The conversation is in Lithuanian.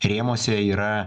rėmuose yra